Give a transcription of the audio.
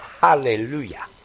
hallelujah